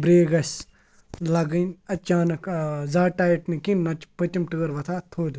brake گَژھِ لَگٕنۍ اَچانٛک زیادٕ ٹایِٹ نہٕ کیٚنٛہہ نَتہٕ چھِ پٔتِم ٹٲر وَۅتھان تھوٚد